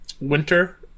winter